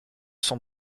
sont